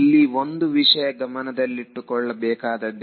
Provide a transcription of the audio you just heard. ಇಲ್ಲಿ ಒಂದು ವಿಷಯ ಗಮನದಲ್ಲಿಟ್ಟುಕೊಳ್ಳಬೇಕು